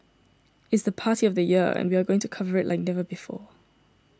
it's the party of the year and we are going to cover it like never before